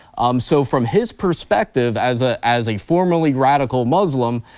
um so from his perspective as ah as a formerly radical muslim,